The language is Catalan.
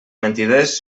mentiders